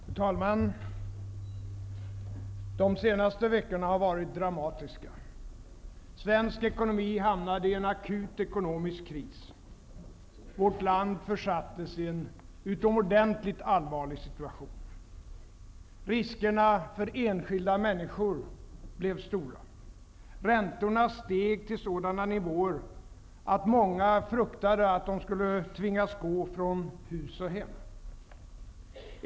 Fru talman! De senaste veckorna har varit dramatiska. Svensk ekonomi hamnade i en akut ekonomisk kris och vårt land försattes i en utomordentligt allvarlig situation. Riskerna för enskilda människor blev stora. Räntorna steg till sådana nivåer att många fruktade att de skulle tvingas gå från hus och hem.